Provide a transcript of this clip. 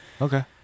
Okay